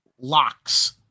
locks